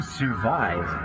survive